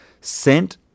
sent